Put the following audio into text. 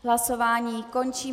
Hlasování končím.